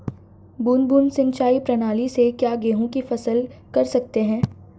बूंद बूंद सिंचाई प्रणाली से क्या गेहूँ की फसल कर सकते हैं?